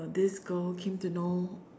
this girl came to know